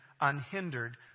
unhindered